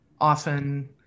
often